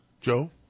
Joe